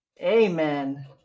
Amen